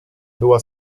była